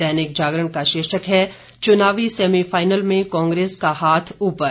दैनिक जागरण का शीर्षक है चुनावी सेमीफाइनल में कांग्रेस का हाथ ऊपर